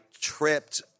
tripped